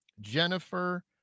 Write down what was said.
Jennifer